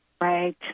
Right